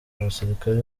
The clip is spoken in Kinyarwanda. abasirikare